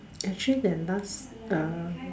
actually their last um